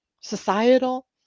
societal